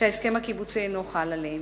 שההסכם הקיבוצי אינו חל עליהם.